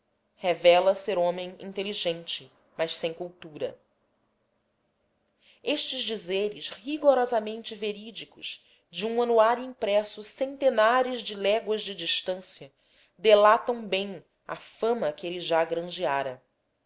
revela ser homem inteligente mas sem cultura stes dizeres rigorosamente verídicos de um anuário impresso centenares de léguas de distância delatam bem a fama que ele já